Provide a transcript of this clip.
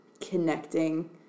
connecting